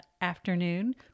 afternoon